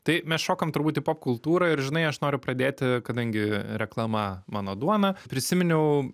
tai mes šokam turbūt į pop kultūrą ir žinai aš noriu pradėti kadangi reklama mano duona prisiminiau